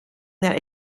that